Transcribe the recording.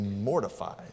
mortified